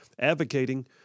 advocating